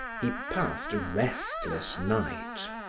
he passed a restless night.